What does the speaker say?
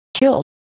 killed